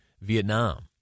Vietnam